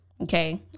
okay